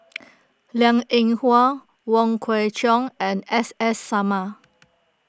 Liang Eng Hwa Wong Kwei Cheong and S S Sarma